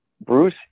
Bruce